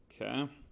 Okay